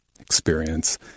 experience